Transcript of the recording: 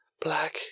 Black